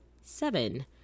seven